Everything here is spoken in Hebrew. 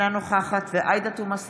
אינה נוכחת עאידה תומא סלימאן,